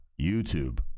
YouTube